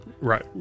Right